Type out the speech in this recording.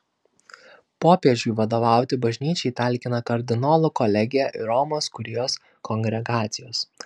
popiežiui vadovauti bažnyčiai talkina kardinolų kolegija ir romos kurijos kongregacijos